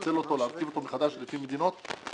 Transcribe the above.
לפצל אותו ולהרכיב אותו מחדש לפי מדינות ולדווח.